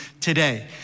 today